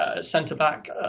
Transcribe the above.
centre-back